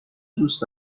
دوست